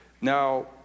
Now